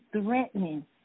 threatening